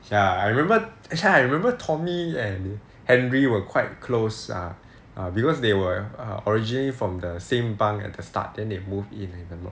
ya I remember actually I remember tommy and henry were quite close ah because they were err originally from the same bunk at the start then they move in if I'm not